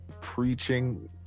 preaching